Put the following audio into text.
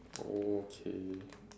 okay